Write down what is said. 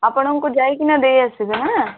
ଆପଣଙ୍କୁ ଯାଇକି ଦେଇଆସିବି ହାଁ